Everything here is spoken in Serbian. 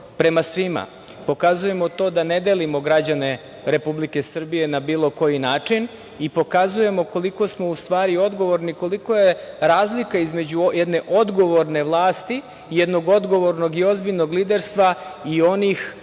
prema svima. Pokazujemo to da ne delimo građane Republike Srbije na bilo koji način i pokazujemo koliko smo u stvari odgovornim, koliko je razlika između jedne odgovorne vlasti, jednog odgovornog i ozbiljnog liderstva i onih